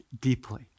deeply